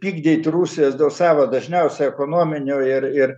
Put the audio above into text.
pykdyt rusijos dėl savo dažniausiai ekonominių ir ir